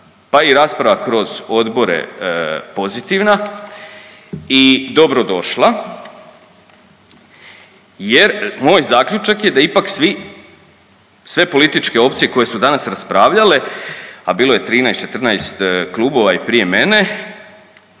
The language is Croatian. pa i rasprava kroz odbore pozitivna i dobro došla, jer moj zaključak je da ipak svi, sve političke opcije koje su danas raspravljale, a bilo je 13, 14 klubova i prije mene